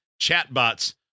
chatbots